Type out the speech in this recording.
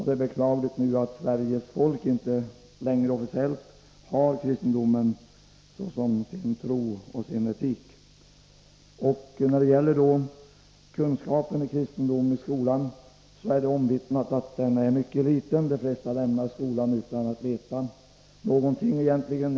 Det är beklagligt att Sveriges folk inte längre officiellt har kristendomen som sin tro och sin etik. Det är omvittnat att kunskapen i kristendom i skolan är mycket liten. De flesta lämnar skolan utan att egentligen veta någonting.